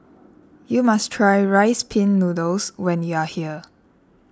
you must try Rice Pin Noodles when you are here